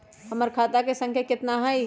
हमर खाता के सांख्या कतना हई?